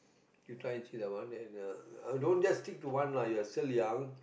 you try and see that one then uh don't just stick to one lah you're still young